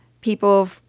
people